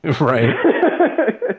Right